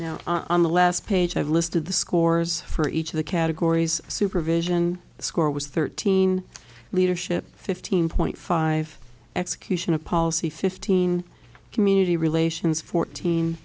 now on the last page of list of the scores for each of the categories supervision score was thirteen leadership fifteen point five execution of policy fifteen community relations fourteen